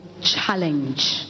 challenge